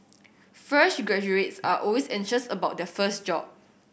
fresh graduates are always anxious about their first job